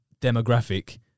demographic